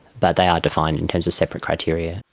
but they are defined in terms of separate criteria.